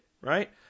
right